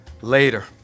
Later